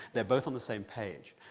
they're both on the same page,